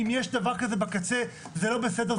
אם יש דבר כזה בקצה, זה לא בסדר.